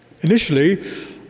Initially